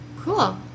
Cool